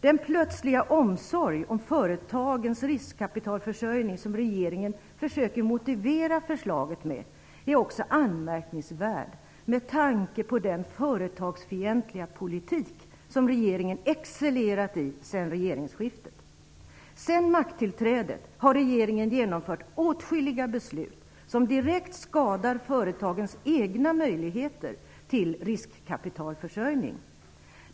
Den plötsliga omsorg om företagens riskkapitalförsörjning som regeringen försöker motivera förslaget med är också anmärkningsvärd med tanke på den företagsfientliga politik som regeringen excellerat i sedan regeringsskiftet. Sedan makttillträdet har regeringen genomfört åtskilliga beslut som direkt skadar företagens egna möjligheter till riskkapitalförsörjning.